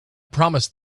promised